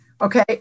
okay